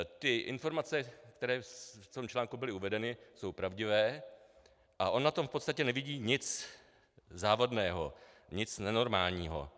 Ty informace, které v tom článku byly uvedeny, jsou pravdivé a on na tom v podstatě nevidí nic závadného, nic nenormálního.